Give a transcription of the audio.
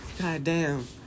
Goddamn